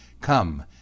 come